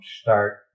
start